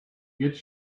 get